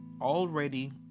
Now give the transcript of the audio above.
already